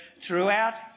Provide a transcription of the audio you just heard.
throughout